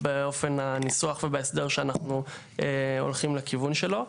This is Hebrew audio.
באופן הניסוח ובהסדר שאנחנו הולכים לכיוון שלו.